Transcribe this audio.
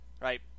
right